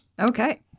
Okay